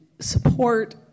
support